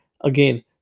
again